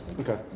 Okay